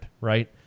right